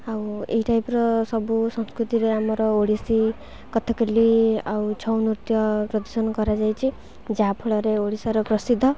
ଆଉ ଏଇ ଟାଇପ୍ର ସବୁ ସଂସ୍କୃତିରେ ଆମର ଓଡ଼ିଶୀ କଥକଲି ଆଉ ଛଉ ନୃତ୍ୟ ପ୍ରଦର୍ଷଣ କରାଯାଇଛି ଯାହାଫଳରେ ଓଡ଼ିଶାର ପ୍ରସିଦ୍ଧ